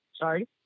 Sorry